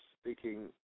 speaking